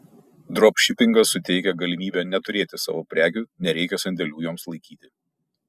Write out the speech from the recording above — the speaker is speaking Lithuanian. dropšipingas suteikia galimybę neturėti savo prekių nereikia sandėlių joms laikyti